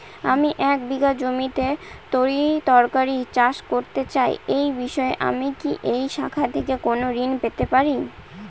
আমি এক বিঘা জমিতে তরিতরকারি চাষ করতে চাই এই বিষয়ে আমি কি এই শাখা থেকে কোন ঋণ পেতে পারি?